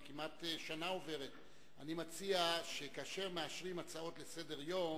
כמעט שנה עוברת: אני מציע שכאשר מאשרים הצעות לסדר-יום,